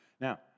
Now